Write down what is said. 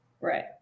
Right